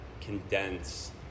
condense